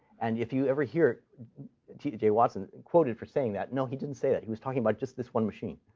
and if you ever hear t j. watson quoted for saying that, no. he didn't say that. he was talking about just this one machine.